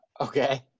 Okay